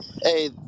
Hey